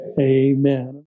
Amen